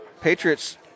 Patriots